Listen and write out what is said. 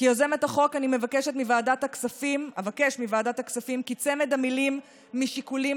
כיוזמת החוק אני אבקש מוועדת הכספים כי צמד המילים "משיקולים